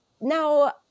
Now